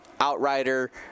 Outrider